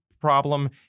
problem